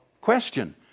Question